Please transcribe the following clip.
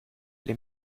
les